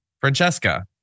Francesca